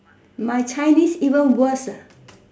my Chinese even worse